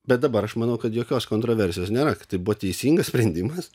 bet dabar aš manau kad jokios kontroversijos nėra kad tai buvo teisingas sprendimas